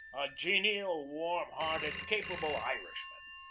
genial, warm hearted, capable irishman.